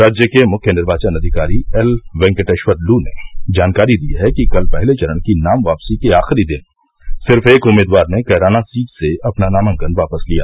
राज्य के मुख्य निर्वाचन अधिकारी एल वेंकटेश्वर लू ने जानकारी दी है कि कल पहले चरण की नाम वापसी के आखिरी दिन सिर्फ एक उम्मीदवार ने कैराना सीट से अपना नामांकन वापस लिया